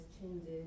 changes